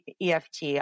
EFT